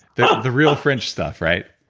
the the real french stuff, right?